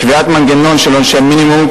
קביעת מנגנון של עונשי מינימום,